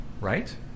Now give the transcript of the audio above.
right